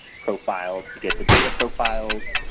profile to get the data profiles,